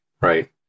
right